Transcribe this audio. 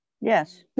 Yes